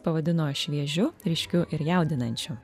pavadino šviežiu ryškiu ir jaudinančiu